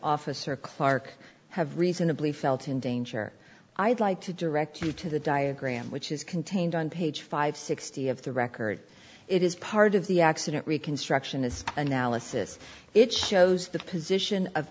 officer clarke have reasonably felt in danger i'd like to direct you to the diagram which is contained on page five hundred and sixty dollars of the record it is part of the accident reconstructionist analysis it shows the position of